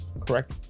Correct